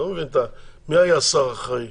מי היה השר האחראי